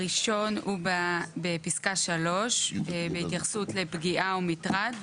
הראשון בפסקה (3), בהתייחסות לפגיעה ומטרד.